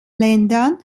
ländern